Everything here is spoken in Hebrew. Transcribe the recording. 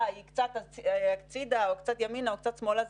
היא קצת הצידה או קצת ימינה או קצת שמאלה,